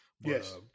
Yes